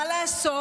מה לעשות?